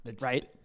Right